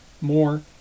more